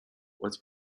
was